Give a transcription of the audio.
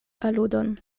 aludon